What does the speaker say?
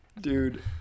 Dude